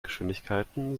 geschwindigkeiten